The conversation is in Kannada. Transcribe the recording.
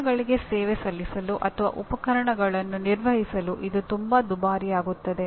ಸಾಧನಗಳಿಗೆ ಸೇವೆ ಸಲ್ಲಿಸಲು ಅಥವಾ ಉಪಕರಣಗಳನ್ನು ನಿರ್ವಹಿಸಲು ಇದು ತುಂಬಾ ದುಬಾರಿಯಾಗುತ್ತದೆ